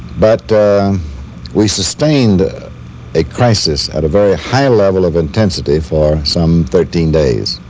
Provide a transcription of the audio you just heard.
but we sustained a crisis at a very high level of intensity for some thirteen days.